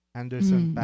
Anderson